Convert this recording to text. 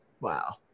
Wow